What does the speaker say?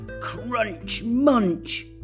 Crunch-munch